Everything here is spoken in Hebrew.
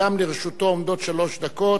גם לרשותו עומדות שלוש דקות.